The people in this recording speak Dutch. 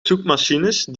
zoekmachines